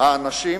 האנשים